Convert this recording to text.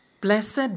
Blessed